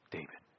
David